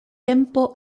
tempo